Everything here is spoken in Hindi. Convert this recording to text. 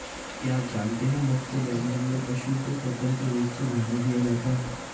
क्या आप जानते है मुफ्त रेंज में पशु को स्वतंत्र रूप से घूमने दिया जाता है?